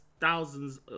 thousands